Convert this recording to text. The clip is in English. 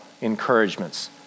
encouragements